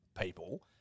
people